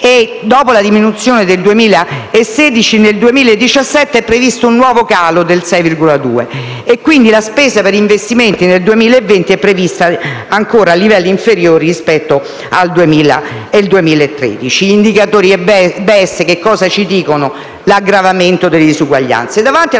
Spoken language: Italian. Dopo la diminuzione del 2016, nel 2017 è previsto un nuovo calo del 6,2, quindi la spesa per investimenti nel 2020 è prevista a livelli ancora inferiori rispetto al 2013. Gli indicatori BES indicano l'aggravamento delle disuguaglianze. Davanti ad